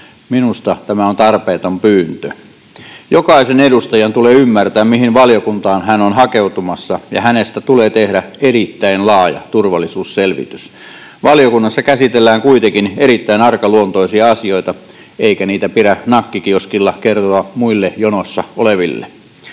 Minusta tämä on tarpeeton pyyntö. Jokaisen edustajan tulee ymmärtää, mihin valiokuntaan hän on hakeutumassa, ja hänestä tulee tehdä erittäin laaja turvallisuusselvitys. Valiokunnassa käsitellään kuitenkin erittäin arkaluontoisia asioita, eikä niitä pidä nakkikioskilla kertoa muille jonossa oleville.